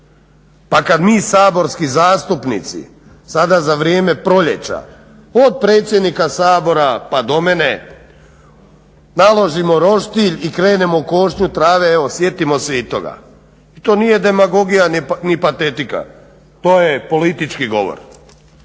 Pa kad mi saborski zastupnici sada za vrijeme proljeća od predsjednika Sabora naložimo roštilj i krenemo u košnju trave eto sjetimo se i toga. I to nije demagogija ni patetika. To je politički govor.